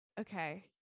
okay